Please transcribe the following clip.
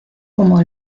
como